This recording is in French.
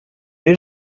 les